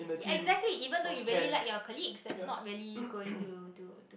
exactly even though you really like your colleague that's not really going to to to